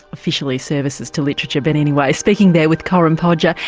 officially services to literature but anyway speaking there with corinne podger.